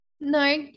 No